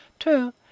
Two